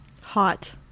hot